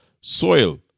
soil